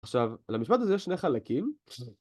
עכשיו, למשפט הזה יש שני חלקים.